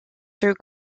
through